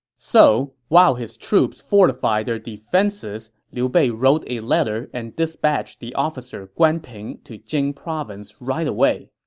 so while his troops fortified their defenses, liu bei wrote a letter and dispatched the officer guan ping to jing province right away